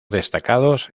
destacados